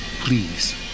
Please